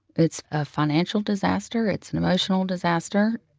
it's a financial disaster. it's an emotional disaster.